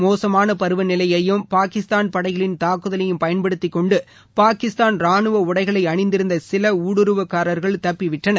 மோசமான பருவநிலையையும் பாகிஸ்தான் படைகளின் தாக்குதலையும் பயன்படுத்திக் கொண்டு பாகிஸ்தான் ராணுவ உடைகளை அணிந்திருந்த சில ஊடுருவல்காரர்கள் தப்பி விட்டார்கள்